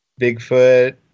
Bigfoot